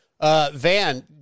Van